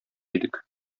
идек